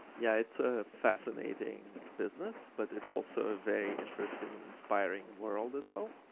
yeah, it's a fascinating business but it's also very interesting and inspiring world as well.